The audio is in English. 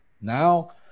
now